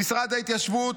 במשרד ההתיישבות,